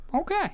Okay